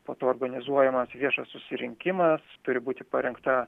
po to organizuojamas viešas susirinkimas turi būti parengta